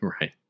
Right